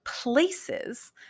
places